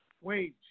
wage